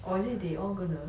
or is it they all gonna